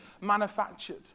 manufactured